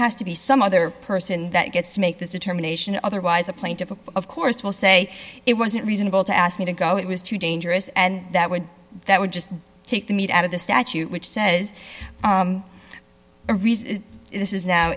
has to be some other person that gets to make this determination otherwise the plaintiff of course will say it wasn't reasonable to ask me to go it was too dangerous and that would that would just take the meat out of the statute which says the reason this is now